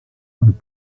und